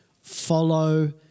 follow